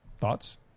Thoughts